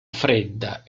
fredda